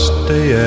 stay